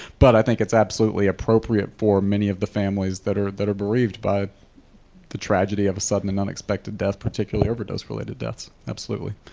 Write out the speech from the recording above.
but i think it's absolutely appropriate for many of the families that are that are bereaved by the tragedy of a sudden and unexpected death, particularly overdose-related deaths. absolutely.